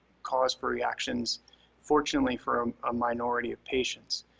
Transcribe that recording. cause for reactions fortunately for a minority of patients.